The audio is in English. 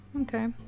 Okay